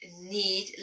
need